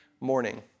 morning